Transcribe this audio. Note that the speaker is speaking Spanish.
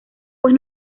pues